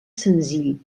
senzill